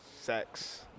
sex